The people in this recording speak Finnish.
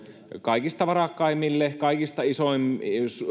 kaikista varakkaimmille kaikista